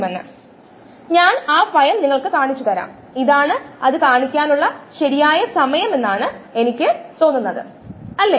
EtEES അതിനാൽ ഇത് ഈ സമവാക്യത്തിന്റെ ട്രാൻസ്പൊസിഷൻ ആണ്